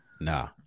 nah